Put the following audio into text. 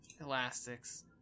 Elastics